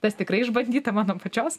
tas tikrai išbandyta mano pačios